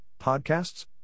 podcasts